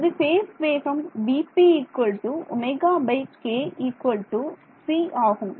நமது பேஸ் வேகம் vp ωk c ஆகும்